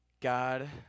God